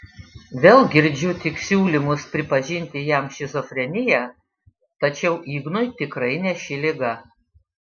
vėl girdžiu tik siūlymus pripažinti jam šizofreniją tačiau ignui tikrai ne ši liga